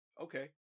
Okay